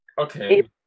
Okay